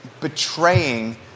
betraying